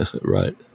Right